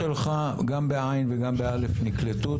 ההערות שלך, גם בע' וגם בא', נקלטו.